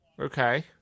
Okay